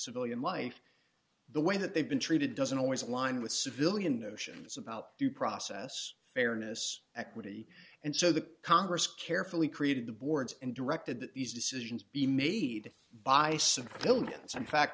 civilian life the way that they've been treated doesn't always align with civilian notions about due process fairness equity and so the congress carefully created the boards and directed that these decisions be made by some billions in fact